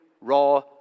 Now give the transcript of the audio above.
raw